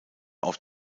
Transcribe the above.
auf